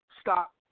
Stop